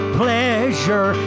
pleasure